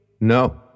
No